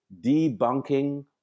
debunking